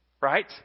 Right